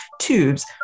tubes